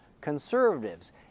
conservatives